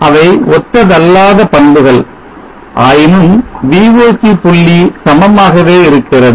அவை ஒத்ததல்லாத பண்புகள் ஆயினும் VOC புள்ளி சமமாகவே இருக்கிறது